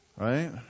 Right